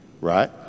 right